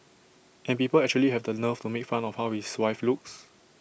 and people actually have the nerve to make fun of how his wife looks